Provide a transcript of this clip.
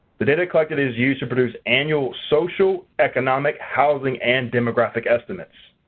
the data collected is used to produce annual social, economic, housing and demographic estimates.